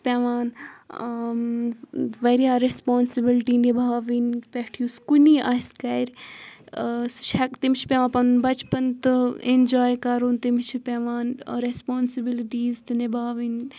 پیٚوان واریاہ ری۪سپانسِبلٹی نِباوٕنۍ پٮ۪ٹھ یُس کُنی آسہِ گَرِ سُہ چھِ ہٮ۪کان تٔمِس چھُ پیٚوان پَنُن بَچپَن تہٕ اٮ۪نجاے کَرُن تٔمِس چھُ پیٚوان ری۪سپانسِبِلٹیٖز تہِ نِباوٕنۍ